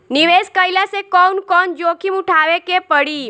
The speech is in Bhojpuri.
निवेस कईला मे कउन कउन जोखिम उठावे के परि?